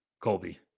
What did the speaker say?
Colby